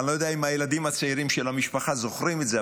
אני לא יודע אם הילדים הצעירים של המשפחה זוכרים את זה,